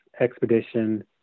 expedition